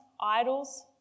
idols